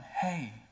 hey